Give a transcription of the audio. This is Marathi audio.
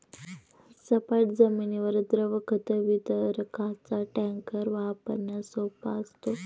सपाट जमिनीवर द्रव खत वितरकाचा टँकर वापरण्यास सोपा असतो